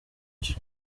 cyo